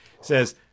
says